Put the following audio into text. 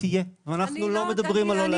הבאה תהיה, אנחנו לא מדברים על לא להביא.